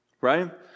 right